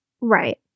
Right